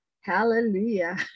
Hallelujah